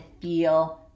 feel